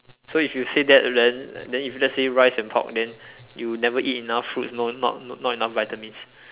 so if you say that then then if let's say rice and pork then you never eat enough fruits no not not not enough vitamins